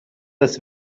das